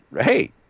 hey